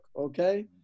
Okay